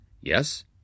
Yes